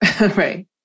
Right